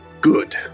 Good